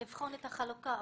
לבחון את החלוקה אמרת.